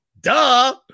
Duh